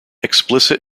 explicit